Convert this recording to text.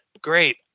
Great